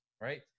right